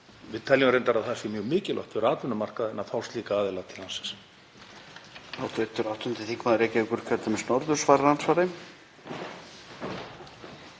Við teljum reyndar að það sé mjög mikilvægt fyrir atvinnumarkaðinn að fá slíka aðila til landsins.